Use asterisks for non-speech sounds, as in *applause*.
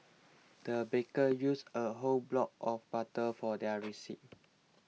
the baker used a whole block of butter for their *unintelligible*